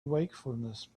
wakefulness